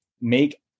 make